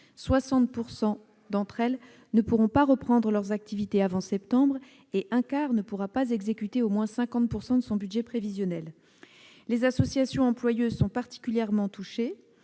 60 % d'entre elles ne pourront pas reprendre leurs activités avant septembre, tandis qu'un quart ne pourront pas exécuter au moins 50 % de leur budget prévisionnel. Les associations employeuses sont particulièrement touchées,